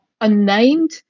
unnamed